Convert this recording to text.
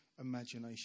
imagination